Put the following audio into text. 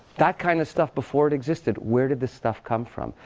that kind of stuff, before it existed, where did this stuff come from?